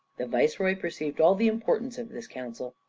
the viceroy perceived all the importance of this counsel.